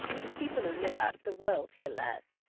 if people who live out of the world hear less,